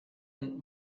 and